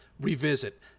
revisit